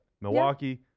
Milwaukee